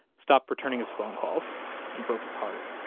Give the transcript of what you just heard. stopped returning his phone calls and broke his heart